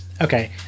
okay